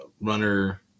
Runner